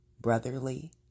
Brotherly